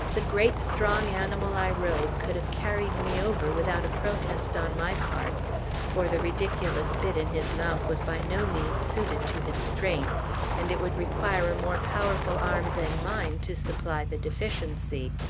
the great, strong animal i rode could have carried me over without a protest on my part for the ridiculous bit in his mouth was by no means suited to his strength and it would require a more powerful arm than mine to supply the deficiency.